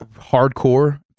hardcore